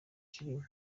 kirimo